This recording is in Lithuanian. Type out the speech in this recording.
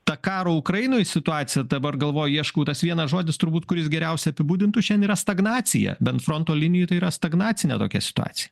ta karo ukrainoj situacija dabar galvoj ieškau tas vienas žodis turbūt kuris geriausia apibūdintų yra stagnacija bent fronto linijų tai yra stagnacinė tokia situacija